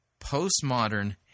postmodern